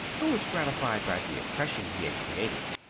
who was gratified by the impression he had created.